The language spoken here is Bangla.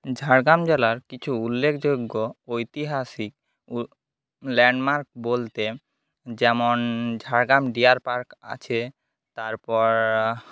ঝাড়গ্রাম জেলার কিছু উল্লেখযোগ্য ঐতিহাসিক ল্যান্ডমার্ক বলতে যেমন ঝাড়গ্রাম ডিয়ার পার্ক আছে তারপর